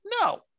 No